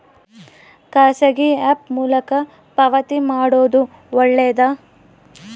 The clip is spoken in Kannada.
ಖಾಸಗಿ ಆ್ಯಪ್ ಮೂಲಕ ಪಾವತಿ ಮಾಡೋದು ಒಳ್ಳೆದಾ?